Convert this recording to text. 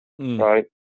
Right